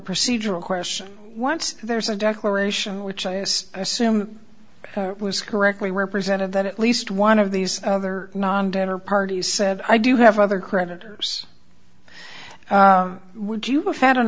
procedural question once there's a declaration which i yes i assume it was correctly represent of that at least one of these other non dinner parties said i do have other creditors would you had an